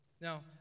Now